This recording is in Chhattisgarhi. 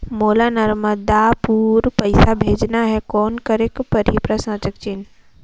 मोला नर्मदापुर पइसा भेजना हैं, कौन करेके परही?